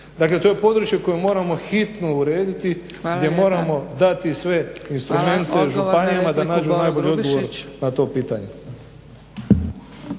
Dakle to je područje koje moramo hitno urediti, gdje moramo dati sve instrumente županijama da nađu najbolji odgovor na to pitanje.